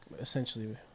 essentially